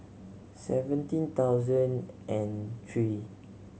seventeen thousand and three